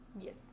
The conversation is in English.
Yes